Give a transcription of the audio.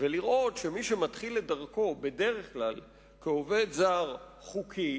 ולראות שמי שמתחיל את דרכו בדרך כלל כעובד זר חוקי,